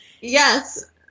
yes